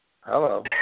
Hello